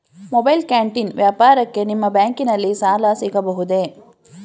Mobile canteen ವ್ಯಾಪಾರಕ್ಕೆ ನಿಮ್ಮ ಬ್ಯಾಂಕಿನಲ್ಲಿ ಸಾಲ ಸಿಗಬಹುದೇ?